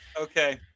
Okay